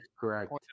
correct